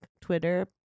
Twitter